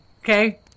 Okay